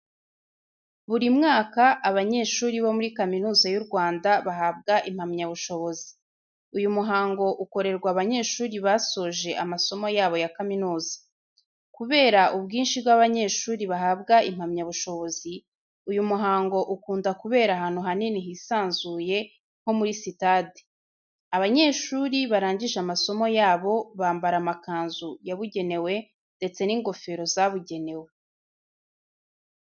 Buri mwaka abanyeshuri bo muri kaminuza y'u Rwanda bahabwa impamyabushobozi. Uyu muhango ukorerwa abanyeshuri basoje amasomo yabo ya kaminuza. Kubera ubwinshi bw'abanyeshuri bahabwa impamyabushobozi, uyu muhango ukunda kubera ahantu hanini hisanzuye nko muri sitade. Abanyeshuri barangije amasomo yabo bambara amakanzu yabugenewe ndetse n'ingofero zabugenewe.